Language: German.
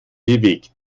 bewegt